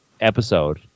episode